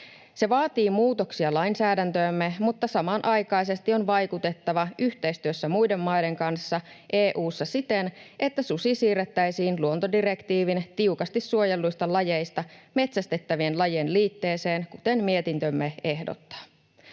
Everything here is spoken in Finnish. Se vaatii muutoksia lainsäädäntöömme, mutta samanaikaisesti on vaikutettava yhteistyössä muiden maiden kanssa EU:ssa siten, että susi siirrettäisiin luontodirektiivin tiukasti suojelluista lajeista metsästettävien lajien liitteeseen, kuten mietintömme ehdottaa.